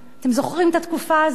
אתם זוכרים את התקופה הזאת?